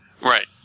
Right